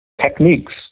techniques